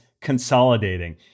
consolidating